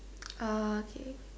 uh K